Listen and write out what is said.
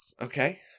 Okay